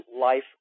life